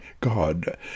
God